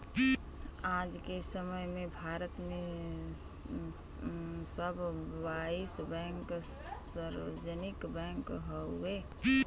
आज के समय में भारत में सब बाईस बैंक सार्वजनिक बैंक हउवे